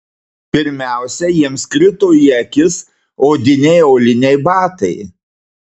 pirmiausia jiems krito į akis odiniai auliniai batai